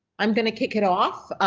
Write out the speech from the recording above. i'm going to kick it off.